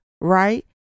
right